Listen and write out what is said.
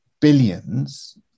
billions